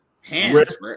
hands